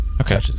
Okay